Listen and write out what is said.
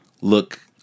look